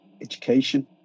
education